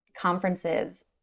conferences